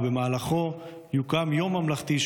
ובמהלכו יתקיים יום ממלכתי,